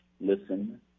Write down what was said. Listen